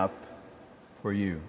up for you